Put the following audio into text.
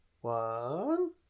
One